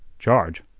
charge?